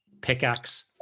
pickaxe